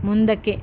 ಮುಂದಕ್ಕೆ